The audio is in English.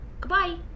Goodbye